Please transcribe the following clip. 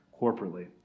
corporately